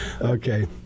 Okay